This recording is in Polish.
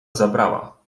zabrała